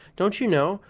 don't you know?